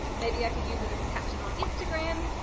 maybe i could use it as a caption on instagram,